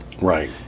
right